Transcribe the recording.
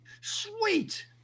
Sweet